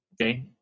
Okay